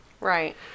Right